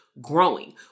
growing